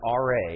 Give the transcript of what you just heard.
RA